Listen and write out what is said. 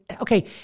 okay